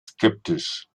skeptisch